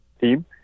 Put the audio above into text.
team